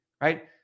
right